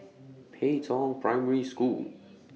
Pei Tong Primary School